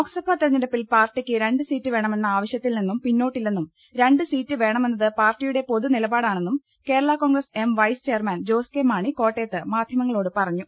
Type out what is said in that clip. ലോക്സഭാ തെരഞ്ഞെടുപ്പിൽ പാർട്ടിക്ക് രണ്ടുസീറ്റ് വേണ മെന്ന ആവശ്യത്തിൽ നിന്നും പിന്നോട്ടില്ലെന്നും രണ്ട് സീറ്റ് വേണമെന്നത് പാർട്ടിയുടെ പൊതു നിലപാടാണെന്നും Kerala Congress M vice chairman Jose K Mani കോട്ടയത്ത് മാധ്യമങ്ങളോട് പറഞ്ഞു